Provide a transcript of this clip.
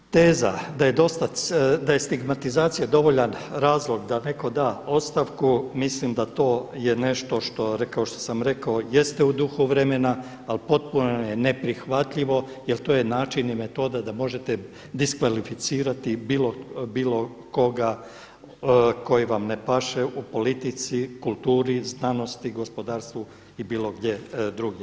Teza da je stigmatizacija dovoljan razlog da netko da ostavku mislim da to je nešto što sam rekao jeste u duhu vremena, ali potpuno je neprihvatljivo jer to je način i metoda da možete diskvalificirati bilo koga koji vam ne paše u politici, kulturi, znanosti, gospodarstvu i bilo gdje drugdje.